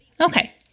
Okay